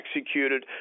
executed